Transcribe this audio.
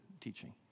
teaching